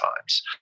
times